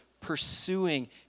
pursuing